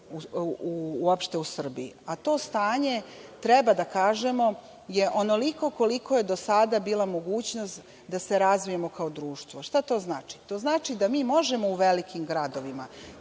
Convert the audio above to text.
uopšte u Srbiji, a to stanje, treba da kažemo, je onoliko koliko je do sada bila mogućnost da se razvijemo kao društvo. Šta to znači? To znači da mi možemo u velikim gradovima,